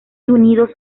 unidos